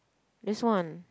this one